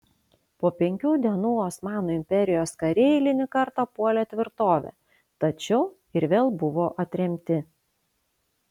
po penkių dienų osmanų imperijos kariai eilinį kartą puolė tvirtovę tačiau ir vėl buvo atremti